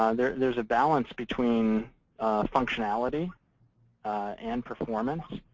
um there's there's a balance between functionality and performance.